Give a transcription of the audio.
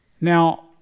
Now